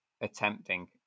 attempting